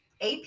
AP